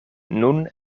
nun